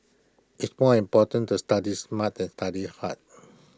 IT more important to study smart than study hard